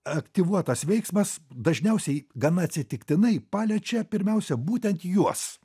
aktyvuotas veiksmas dažniausiai gana atsitiktinai paliečia pirmiausia būtent juos